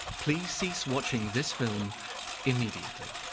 please cease watching this film immediately.